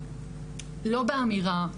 לא באמירה,